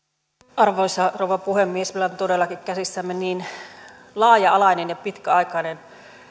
arvoisa rouva puhemies kyllä on todellakin käsissämme niin laaja alainen ja pitkäaikainen